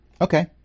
Okay